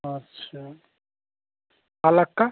अच्छा पालक का